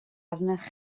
arnoch